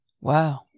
Wow